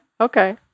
Okay